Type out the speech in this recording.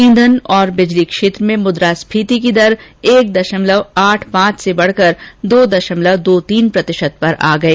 ईंधन और बिजली क्षेत्र में मुद्रास्फीति की दर एक दशमलव आठ पांच से बढ़कर दो दशमलव दो तीन प्रतिशत पर आ गई